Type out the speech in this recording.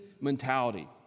mentality